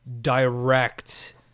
direct